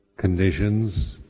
conditions